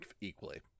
equally